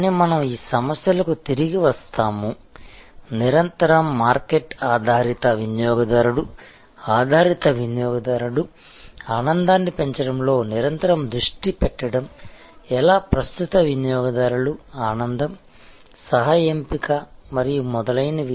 కానీ మనం ఈ సమస్యలకు తిరిగి వస్తాము నిరంతరం మార్కెట్ ఆధారిత వినియోగదారుడు ఆధారిత వినియోగదారుడు ఆనందాన్ని పెంచడంలో నిరంతరం దృష్టి పెట్టడం ఎలా ప్రస్తుత వినియోగదారులు ఆనందం సహ ఎంపిక మరియు మొదలైనవి